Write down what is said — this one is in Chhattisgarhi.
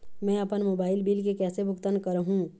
मैं अपन मोबाइल बिल के कैसे भुगतान कर हूं?